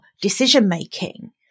decision-making